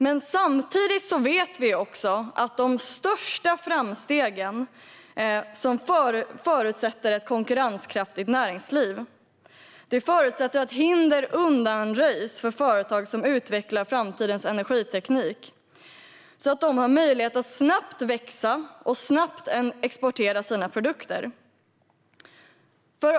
Men samtidigt vet vi också att de största framstegen förutsätter ett konkurrenskraftigt näringsliv, och det förutsätter att hinder undanröjs för företag som utvecklar framtidens energiteknik så att de har möjlighet att snabbt växa och snabbt exportera sina produkter.